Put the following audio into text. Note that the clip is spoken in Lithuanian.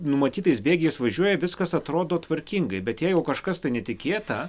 numatytais bėgiais važiuoja viskas atrodo tvarkingai bet jeigu kažkas tai netikėta